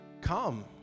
come